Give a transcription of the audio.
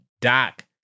Doc